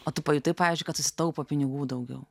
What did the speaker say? o tu pajutai pavyzdžiui kad susitaupo pinigų daugiau